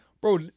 Bro